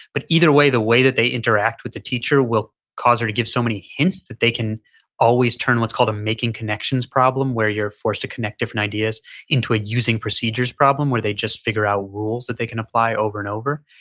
but either way the way that they interact with the teacher will cause her to give so many hints that they can always turn what's called a making connections problem where you're forced to connect different ideas into a using procedures problem where they just figure out rules that they can apply over and over.